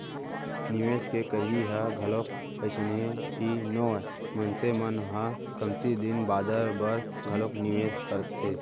निवेस के करई ह घलोक अइसने ही नोहय मनसे मन ह कमती दिन बादर बर घलोक निवेस करथे